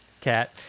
cat